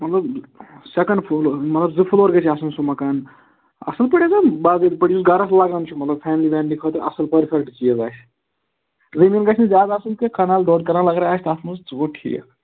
مطلب سیٚکنٛڈ فُل مطلب زٕ فُلور گژھِ آسُن سُہ مَکان اصٕل پٲٹھۍ ہَسا باضٲبِطہٕ پٲٹھۍ یُس گَرس لَگان چھُ مطلب فیملی ویملی خٲطرٕ اصٕل پٔرفیکٹ چیٖز آسہِ زٔمیٖن گژھِ نہٕ زٕیادٕ آسُن کیٚنٛہہ کَنال ڈۅڈ کَنال اگر آسہِ تٔتھ منٛز سُہ گوٚو ٹھیٖک